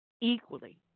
equally